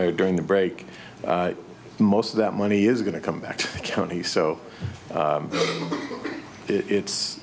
or during the break most of that money is going to come back to the county so it's